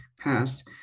passed